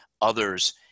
others